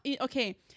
okay